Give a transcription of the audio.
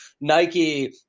Nike